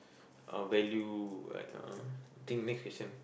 uh value like uh think next question